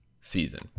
season